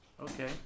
Okay